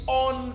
on